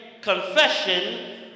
confession